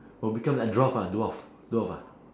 oh become like dwarf ah dwarf dwarf ah